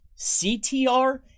CTR